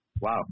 Wow